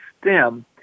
stem